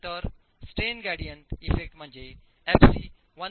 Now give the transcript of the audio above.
तर strain gradient effect म्हणजे FC 1